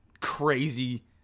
crazy